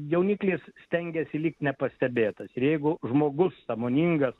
jauniklis stengiasi likt nepastebėtas ir jeigu žmogus sąmoningas